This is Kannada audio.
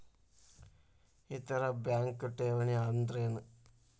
ಇತರ ಬ್ಯಾಂಕ್ನ ಠೇವಣಿ ಅನ್ದರೇನು?